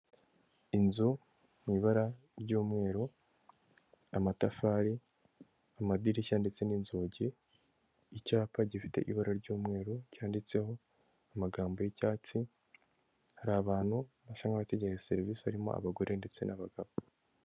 Inzu mu ibara ry'umweru, amatafari, amadirishya ndetse n'inzugi. Icyapa gifite ibara ry'umweru, cyanditseho amagambo y'icyatsi, hari abantu basa n'abategereje serivisi, harimo abagore ndetse n'abagabo.